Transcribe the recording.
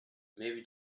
maybe